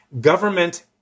government